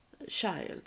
child